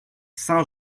saint